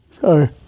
sorry